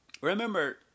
Remember